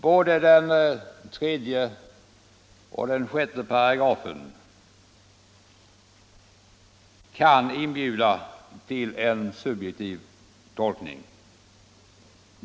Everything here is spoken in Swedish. Både 3 § och 6 § kan inbjuda till en subjektiv tolkning.